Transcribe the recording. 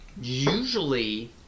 usually